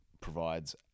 provides